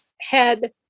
head